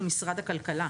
הוא משרד הכלכלה.